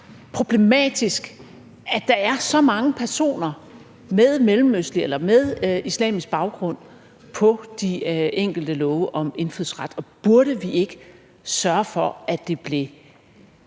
problematisk, at der er så mange personer med mellemøstlig eller med islamisk baggrund på de enkelte love om indfødsret, og burde vi ikke sørge for, at det blev